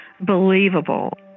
believable